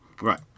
Right